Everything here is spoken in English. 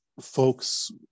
folks